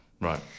right